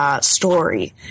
story